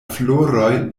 floroj